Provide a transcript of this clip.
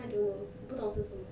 I don't know 我不懂是什么